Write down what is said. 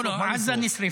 לא, לא, עזה נשרפה.